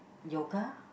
yoga